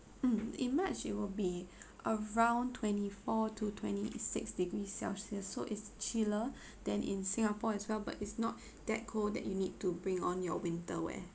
mm in march it will be around twenty four to twenty six degrees celsius so it's chillier than in singapore as well but it's not that cold that you need to bring on your winter wear